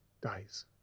dies